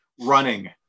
running